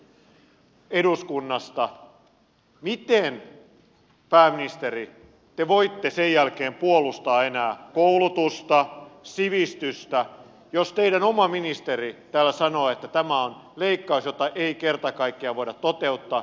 miten pääministeri te voitte sen jälkeen puolustaa enää koulutusta sivistystä jos teidän oma ministerinne täällä sanoo että tämä on leikkaus jota ei kerta kaikkiaan voida toteuttaa